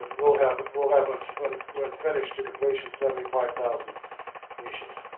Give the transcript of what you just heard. will have, will have. ah when when finished to completion seventy five thousand niches.